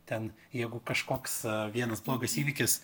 ten jeigu kažkoks vienas blogas įvykis